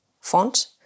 font